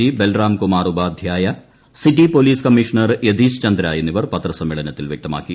G Balram Kumar Upadhyaya city police commissioner Yathish Chandra എന്നിവർ പത്രസമ്മേളനത്തിൽ വൃക്തമാക്കി